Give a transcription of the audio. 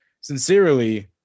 sincerely